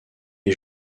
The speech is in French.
est